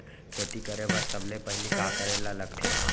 खेती करे बर सबले पहिली का करे ला लगथे?